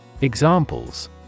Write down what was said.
Examples